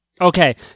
Okay